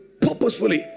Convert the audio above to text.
purposefully